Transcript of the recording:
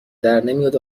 درنمیاد